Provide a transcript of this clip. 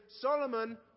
Solomon